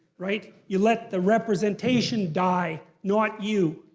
right? you let the representation die, not you.